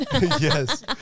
Yes